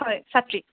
হয় ছাত্ৰী